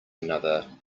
another